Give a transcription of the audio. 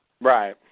Right